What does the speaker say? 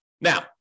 Now